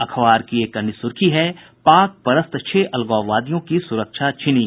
अखबार की एक अन्य सुर्खी है पाक परस्त छह अलगाववादियों की सुरक्षा छिनी